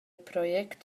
project